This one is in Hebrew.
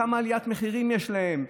כמה עליית מחירים יש להם,